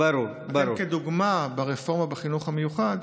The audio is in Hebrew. אני אתן דוגמה: הרפורמה בחינוך המיוחד,